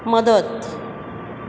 मदत